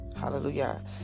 Hallelujah